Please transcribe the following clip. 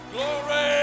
Glory